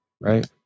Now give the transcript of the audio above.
right